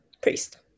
Priest